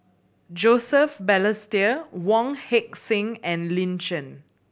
Joseph Balestier Wong Heck Sing and Lin Chen